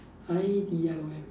I D I O M